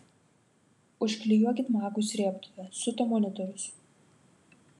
užklijuokit magui srėbtuvę siuto monitorius